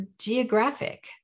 geographic